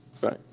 Right